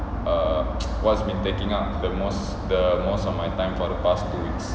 err what's been taking up the most the most of my time for the past two weeks